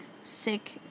sick